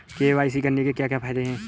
KYC करने के क्या क्या फायदे हैं?